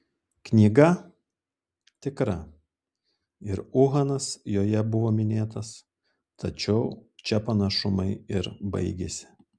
knyga tikra ir uhanas joje buvo minėtas tačiau čia panašumai ir baigiasi